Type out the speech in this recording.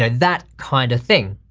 that kind of thing.